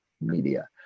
media